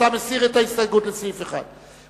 אתה מסיר את ההסתייגות לסעיף 1,